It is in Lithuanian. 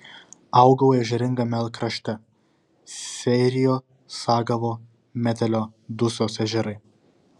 augau ežeringame krašte seirijo sagavo metelio dusios ežerai